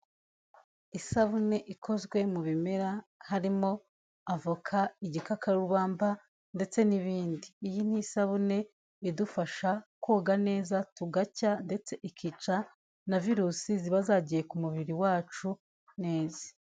Isabune ikozwe mu bimera harimo avoka, igikakarubamba ndetse n'ibindi. Iyi ni isabune idufasha koga neza tugacya ndetse ikica na virusi ziba zagiye ku mubiri wacu neza.